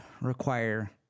require